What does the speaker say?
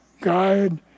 guide